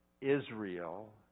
Israel